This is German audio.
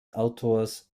autors